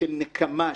של נקמה,